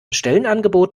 stellenangebot